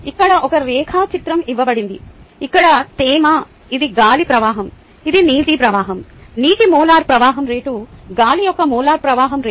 ఇక్కడ ఒక రేఖాచిత్రం ఇవ్వబడింది ఇక్కడ తేమ ఇది గాలి ప్రవాహం ఇది నీటి ప్రవాహం నీటి మోలార్ ప్రవాహం రేటు గాలి యొక్క మోలార్ ప్రవాహం రేటు